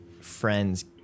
friend's